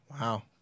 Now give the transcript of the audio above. Wow